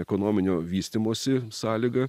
ekonominio vystymosi sąlyga